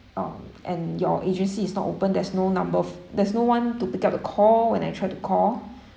um and your agency is not open there's no number f~ there's no one to pick up the call when I tried to call